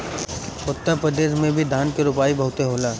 उत्तर प्रदेश में भी धान के रोपाई बहुते होला